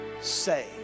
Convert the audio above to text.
say